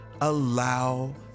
allow